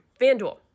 FanDuel